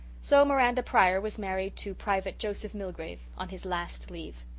so miranda pryor was married to private joseph milgrave on his last leave.